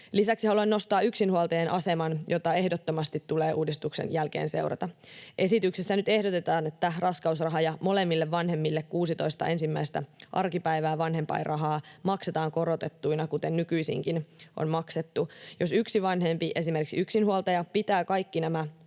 Lisäksi haluan nostaa yksinhuoltajien aseman, jota ehdottomasti tulee uudistuksen jälkeen seurata. Esityksessä nyt ehdotetaan, että raskausraha ja molemmille vanhemmille 16 ensimmäistä arkipäivää vanhempainrahaa maksetaan korotettuina, kuten nykyisinkin on maksettu. Jos yksi vanhempi, esimerkiksi yksinhuoltaja, pitää kaikki nämä